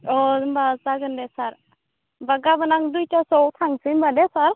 अ होनबा जागोन दे सार होनबा गाबोन आं दुइथासोआव थांनोसै होनबा दे सार